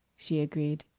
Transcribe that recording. she agreed.